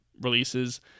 releases